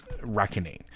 reckoning